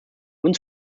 uns